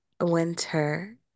Winter